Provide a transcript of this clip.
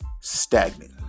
stagnant